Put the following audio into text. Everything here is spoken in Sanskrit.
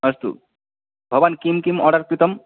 अस्तु भवान् किं किम् आर्डर् कृतम्